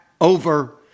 over